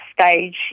stage